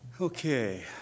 Okay